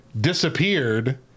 disappeared